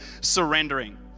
surrendering